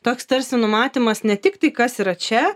toks tarsi numatymas ne tiktai kas yra čia